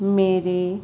ਮੇਰੇ